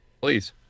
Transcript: Please